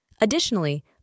Additionally